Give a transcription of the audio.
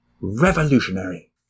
Revolutionary